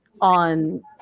on